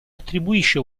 attribuisce